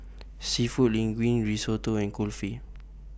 Seafood Linguine Risotto and Kulfi